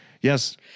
Yes